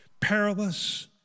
perilous